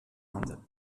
inde